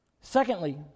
Secondly